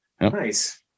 Nice